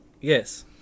Yes